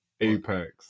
Apex